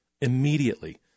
immediately